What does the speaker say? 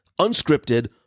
unscripted